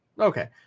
Okay